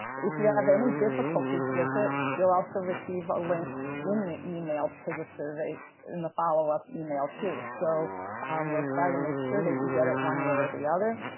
if you have any difficulties with it, you'll also receive a link in the email to the survey in the follow-up email too, so we'll try to make sure that you get it one way or the other.